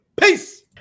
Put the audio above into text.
Peace